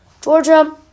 Georgia